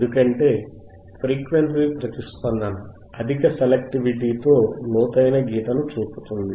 ఎందుకంటే ఫ్రీక్వెన్సీ ప్రతిస్పందన అధిక సెలెక్టివిటీతో లోతైన గీతను చూపుతుంది